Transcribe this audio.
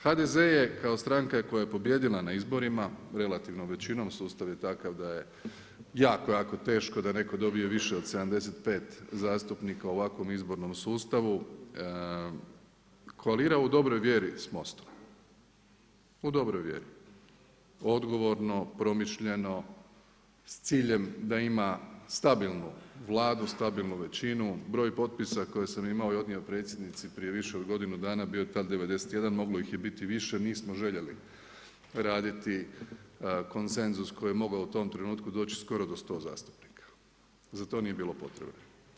HDZ je kao stranka koja je pobijedila na izborima, relativnom većinom, sustav je takav da je jako, jako teško da netko dobije više od 75 zastupnika u ovakvom izbornom sustavu, koalira u dobroj vjeri s MOST-om, u dobroj vjeri, odgovorno, promišljeno, s ciljem da ima stabilnu Vladu, stabilnu većinu, broj potpisa koje sam imao i odnio predsjednici prije više od godinu dana, bio je tada 91, moglo ih je biti i više, nismo željeli raditi konsenzus koji je mogao u tom trenutku doći skoro do 100 zastupnika, za to nije bilo potrebe.